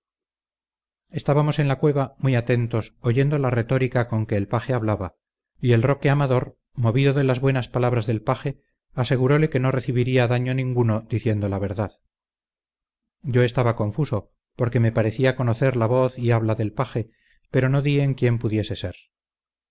estábamos en la cueva muy atentos oyendo la retórica con que el paje hablaba y el roque amador movido de las buenas palabras del paje asegurole que no recibiría daño ninguno diciendo la verdad yo estaba confuso porque me parecía conocer la voz y habla del paje pero no di en quién pudiese ser